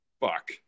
fuck